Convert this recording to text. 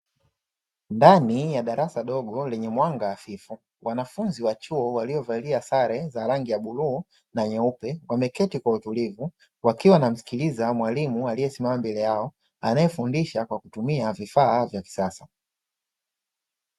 Ndani ya darasa dogo lenye mwanga hafifu, wanafunzi wa chuo waliovalia sare za rangi ya bluu na nyeupe wameketi kwa utulivu wakiwa wanamsikiliza mwalimu aliyesimama mbele yao, anayefundisha kwa kutumia vifaa vya kisasa.